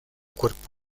cuerpo